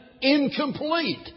incomplete